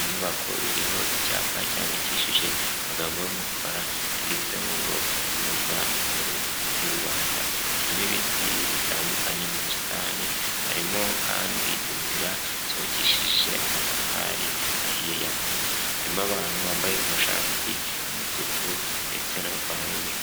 inyubako iriho icyapa cyandikishije amagambo y'umukara yanditsemo ngo kaminuza nkuru y'u Rwanda, kirimo ibiti bitandukanye mu busitani harimo kandi inzira zubakishije amatafari ahiye ya mpunyu, harimo abantu bambaye amashati y'umutuku ndetse n'amapantaro y'imikara.